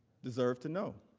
deserve to know.